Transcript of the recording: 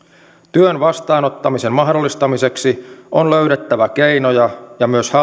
työn vastaanottamisen mahdollistamiseksi on löydettävä keinoja ja myös